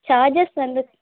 charges வந்து